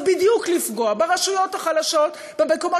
זה בדיוק לפגוע ברשויות החלשות ובמקומות